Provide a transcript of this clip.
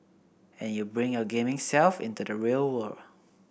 and you bring your gaming self into the real world